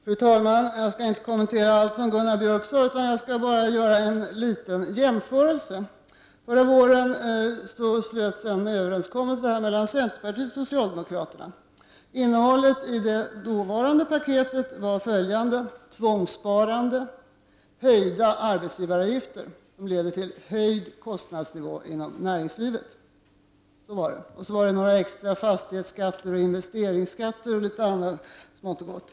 Fru talman! Jag skall inte kommentera allt det som Gunnar Björk sade utan bara göra en liten jämförelse. Förra våren slöts en överenskommelse mellan centerpartiet och socialdemokraterna. Innehållet i det dåvarande paketet var följande: tvångssparande och höjda arbetsgivaravgifter, som leder till höjd kostnadsnivå inom näringslivet. Därtill innehöll det några extra fastighetsskatter och investe ringsskatter och en del annat smått och gott.